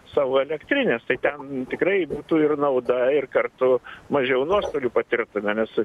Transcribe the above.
savo elektrinės tai ten tikrai būtų ir nauda ir kartu mažiau nuostolių patirtume nes